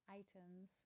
items